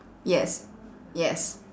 yes yes